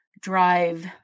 Drive